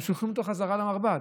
אז שולחים אותו חזרה למרב"ד,